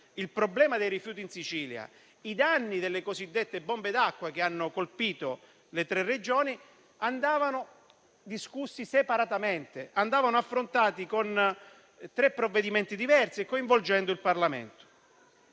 il problema dei rifiuti in Sicilia, i danni delle cosiddette bombe d'acqua che hanno colpito le tre Regioni andassero discussi separatamente e affrontati con tre provvedimenti diversi, coinvolgendo il Parlamento.